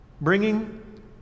Bringing